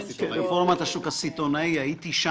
ברפורמת השוק הסיטונאי הייתי,